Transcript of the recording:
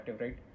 right